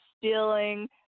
stealing